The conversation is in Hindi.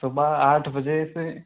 सुबह आठ बजे से